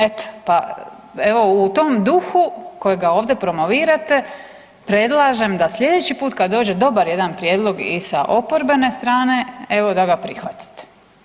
Evo u tom duhu kojega ovdje promovirate predlažem da slijedeći put kad dođe dobar jedan prijedlog i sa oporbene strane evo da ga prihvatite.